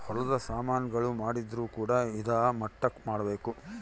ಹೊಲದ ಸಾಮನ್ ಗಳು ಮಾಡಿದ್ರು ಕೂಡ ಇದಾ ಮಟ್ಟಕ್ ಮಾಡ್ಬೇಕು